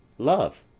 love,